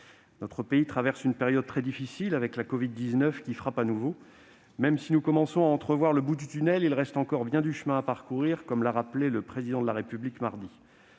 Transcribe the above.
Notre pays traverse une période très difficile avec la covid-19 qui frappe de nouveau. Même si nous commençons à entrevoir le bout du tunnel, il reste encore bien du chemin à parcourir, comme l'a rappelé, mardi, le Président de la République.